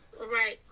Right